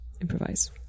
improvise